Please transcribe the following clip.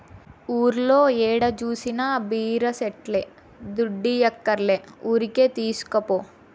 ఊర్లో ఏడ జూసినా బీర సెట్లే దుడ్డియ్యక్కర్లే ఊరికే తీస్కపో